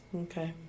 Okay